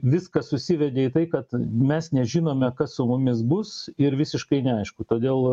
viskas susivedė į tai kad mes nežinome kas su mumis bus ir visiškai neaišku todėl